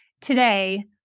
today